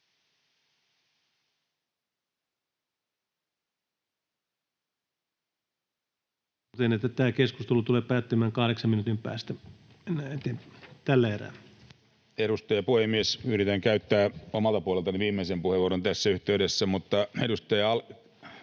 tämä keskustelu tulee päättymään 8 minuutin päästä tällä erää. Puhemies! Yritän käyttää omalta puoleltani viimeisen puheenvuoron tässä yhteydessä,